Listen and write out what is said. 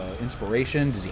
inspiration